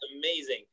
amazing